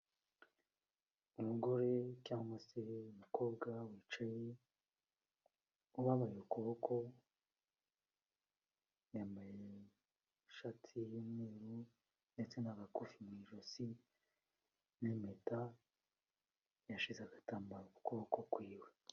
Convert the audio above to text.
Umugore cyangwa se umukobwa wicaye ubabaye ukuboko, yambaye ishati y'umweru ndetse n'agakufi mu ijosi n'impeta, yashize agatambaro ku kuboko kw'iwe.